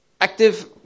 active